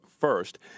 first